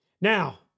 Now